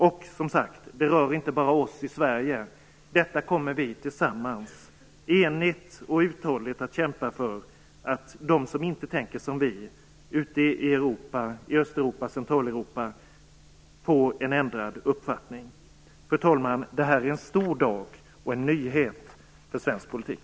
Och, som sagt, det berör inte bara oss i Sverige. Vi kommer tillsammans enigt och uthålligt att kämpa för att de som inte tänker som vi i Europa - i Öst och Centraleuropa - får en ändrad uppfattning. Fru talman! Detta är en stor dag som innebär en nyhet för svensk politik.